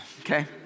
okay